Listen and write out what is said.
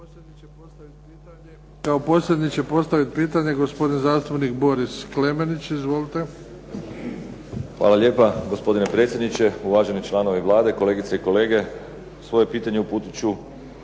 posljednji će postaviti pitanje gospodin zastupnik Boris Klemenić. Izvolite. **Klemenić, Boris (HSS)** Hvala lijepo. Gospodine predsjedniče, uvaženi članovi Vlade, kolegice i kolege. Svoje pitanje uputit